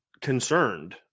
concerned